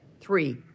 three